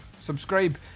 subscribe